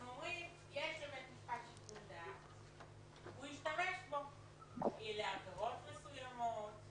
אומרים: יש לבית משפט שיקול דעת והוא ישתמש בו לעבירות מסוימות,